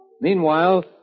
Meanwhile